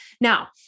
Now